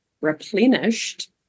replenished